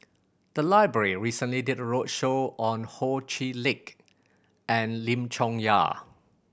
the library recently did a roadshow on Ho Chee Lick and Lim Chong Yah